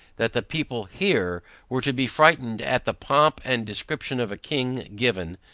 that the people here were to be frightened at the pomp and description of a king, given,